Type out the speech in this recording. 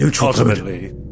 Ultimately